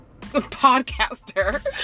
podcaster